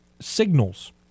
signals